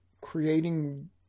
creating